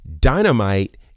Dynamite